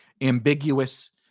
ambiguous